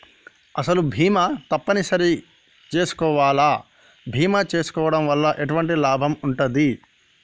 అసలు బీమా తప్పని సరి చేసుకోవాలా? బీమా చేసుకోవడం వల్ల ఎటువంటి లాభం ఉంటది?